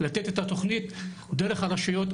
לתת את התוכנית דרך הרשויות,